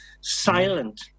silent